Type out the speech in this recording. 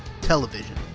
television